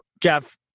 Jeff